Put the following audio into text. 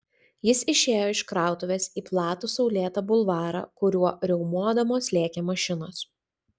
jis išėjo iš krautuvės į platų saulėtą bulvarą kuriuo riaumodamos lėkė mašinos